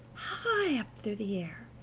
high up through the air,